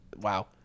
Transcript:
wow